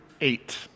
eight